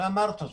הרי אמרת זאת,